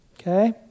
okay